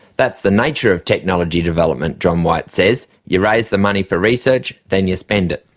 that's the nature of technology development, john white says you raise the money for research, then you spend it.